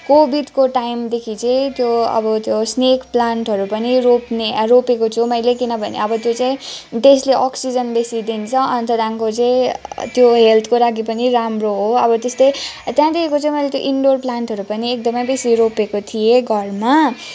कोभिडको टाइमदेखि चाहिँ त्यो अब त्यो स्नेक प्लान्टहरू पनि रोप्ने रोपेको छु मैले किनभने अब त्यो चाहिँ त्यसले अक्सिजन बेसि दिन्छ अन्त त्याँदेखिको चाहिँ त्यो हेल्थको लागि पनि राम्रो हो अब त्यस्तै त्यहाँदेखिको चाहिँ मैले इन्डोर प्लान्टहरू पनि एकदमै बेसी रोपेको थिएँ घरमा